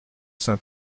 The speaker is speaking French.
saints